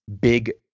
big